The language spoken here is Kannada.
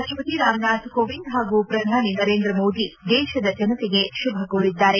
ರಾಷ್ಟಪತಿ ರಾಮನಾಥ್ ಕೋವಿಂದ್ ಹಾಗೂ ಪ್ರಧಾನಿ ನರೇಂದ್ರ ಮೋದಿ ದೇಶದ ಜನತೆಗೆ ಶುಭ ಕೋರಿದ್ದಾರೆ